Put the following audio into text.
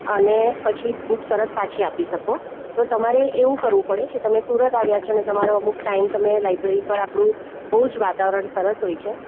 અને પછી બુક તરત પાછી આપી શકો તો તમારે એવું કરવું પડે કે તમે સુરત આવ્યા છોને તમારો અમુક ટાઈમ તમે લાઇબ્રેરી પર આપણું બહુ જ વાતાવરણ સરસ હોય છે